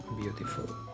beautiful